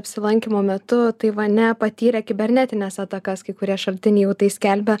apsilankymo metu taivane patyrė kibernetines atakas kai kurie šaltiniai jau tai skelbia